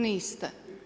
Niste.